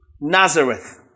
Nazareth